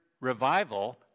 revival